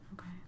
Okay